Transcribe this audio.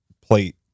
plate